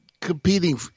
competing